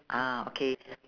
ah okay